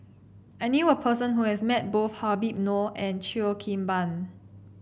I knew a person who has met both Habib Noh and Cheo Kim Ban